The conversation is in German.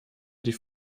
die